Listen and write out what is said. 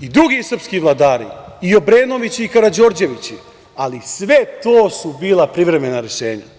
i drugi srpski vladari, i Obrenovići i Karađorđevići, ali sve to su bila privremena rešenja.